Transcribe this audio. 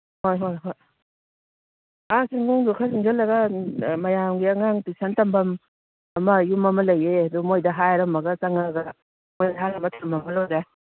ꯍꯣꯏ ꯍꯣꯏ ꯍꯣꯏ ꯑꯥ ꯆꯤꯡꯈꯣꯡꯗꯨꯗ ꯈꯔ ꯆꯪꯁꯜꯂꯒ ꯃꯌꯥꯝꯒꯤ ꯑꯉꯥꯡ ꯇꯨꯏꯁꯟ ꯇꯝꯐꯝ ꯑꯃ ꯌꯨꯝ ꯑꯃ ꯂꯩꯌꯦ ꯑꯗꯨ ꯃꯣꯏꯗ ꯍꯥꯏꯔꯝꯃꯒ ꯆꯪꯉꯒ ꯃꯣꯏꯗ ꯍꯥꯏꯔꯝꯃ ꯊꯃꯝꯃ ꯂꯣꯏꯔꯦ